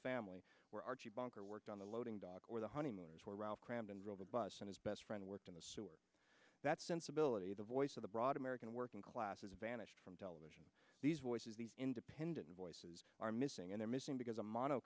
family where archie bunker worked on the loading dock or the honeymooners where ralph crammed and drove a bus in his best friend worked in the sewer that sensibility the voice of the broad american working class is banished from television these voices these independent voices are missing and they're missing because a mo